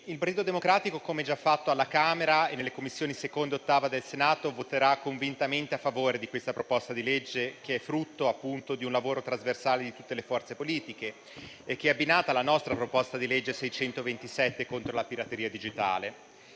il Partito Democratico, come già fatto alla Camera e nelle Commissioni 2a e 8a del Senato, voterà convintamente a favore di questa proposta di legge, che è frutto appunto di un lavoro trasversale di tutte le forze politiche e che è abbinata alla nostra proposta di legge n. 627 contro la pirateria digitale.